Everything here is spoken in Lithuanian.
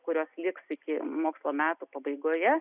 kurios liks iki mokslo metų pabaigoje